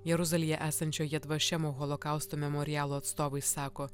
jeruzalėje esančioje dvašimo holokausto memorialo atstovai sako